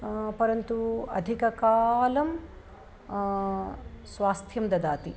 परन्तु अधिककालं स्वास्थ्यं ददाति